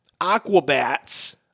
Aquabats